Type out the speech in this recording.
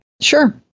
Sure